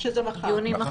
שזה מחר.